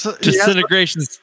disintegration